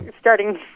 Starting